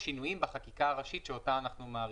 שינויים בחקיקת הראשית שאותה אנחנו מאריכים.